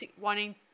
wanting